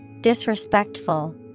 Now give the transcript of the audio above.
Disrespectful